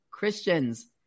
Christians